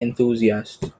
enthusiasts